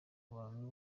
abantu